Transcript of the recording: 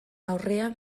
aurrean